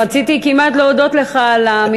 רציתי כמעט להודות לך על עמידה בלוח הזמן.